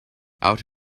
out